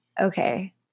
Okay